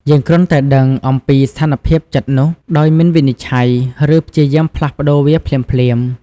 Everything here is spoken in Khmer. យើងគ្រាន់តែដឹងអំពីស្ថានភាពចិត្តនោះ ដោយមិនវិនិច្ឆ័យ ឬព្យាយាមផ្លាស់ប្ដូរវាភ្លាមៗ។